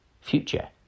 future